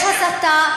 יש הסתה,